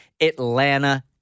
Atlanta